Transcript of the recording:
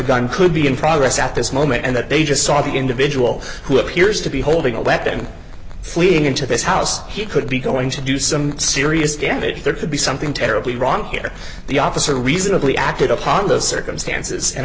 gun could be in progress at this moment and that they just saw the individual who appears to be holding a weapon fleeing into this house he could be going to do some serious damage there could be something terribly wrong here the officer reasonably acted upon the circumstances and